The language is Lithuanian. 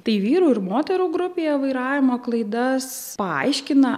tai vyrų ir moterų grupėje vairavimo klaidas paaiškina